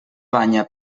banya